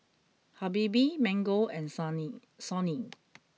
Habibie Mango and Sony